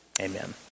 Amen